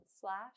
slash